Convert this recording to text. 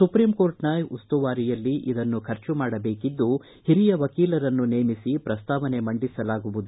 ಸುಪ್ರೀಂಕೋರ್ಟ್ನ ಉಸ್ತುವಾರಿಯಲ್ಲಿ ಇದನ್ನು ಖರ್ಚು ಮಾಡಬೇಕಿದ್ದು ಹಿರಿಯ ವಕೀಲರನ್ನು ನೇಮಿಸಿ ಪ್ರಸ್ತಾವನೆ ಮಂಡಿಸಲಾಗುವುದು